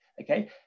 okay